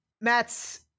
Matt's